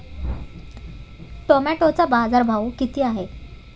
टोमॅटोचा बाजारभाव किती आहे?